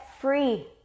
free